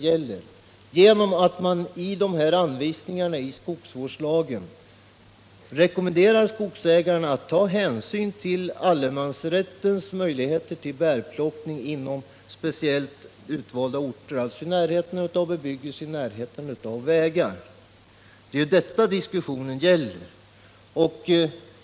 Man kan t.ex. i anvisningarna till skogsvårdslagen rekommendera skogsägarna att ta hänsyn till möjligheterna till bärplockning enligt allemansrätten i speciellt utvalda orter, alltså i närheten av bebyggelse och i närheten av vägar. Det är detta diskussionen gäller.